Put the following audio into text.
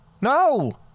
No